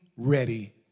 ready